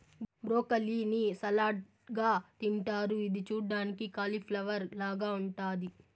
broccoli ని salad గా తింటారు ఇది చూడ్డానికి కాలిఫ్లవర్ లాగ ఉంటాది